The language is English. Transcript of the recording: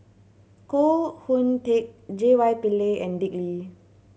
Koh Hoon Teck J Y Pillay and Dick Lee